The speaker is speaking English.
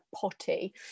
potty